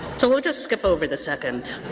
so just skip over the second.